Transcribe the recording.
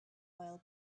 while